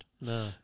No